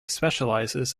specializes